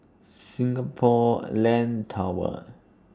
Singapore Land Tower